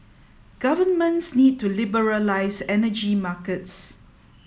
governments need to liberalise energy markets